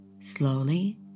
slowly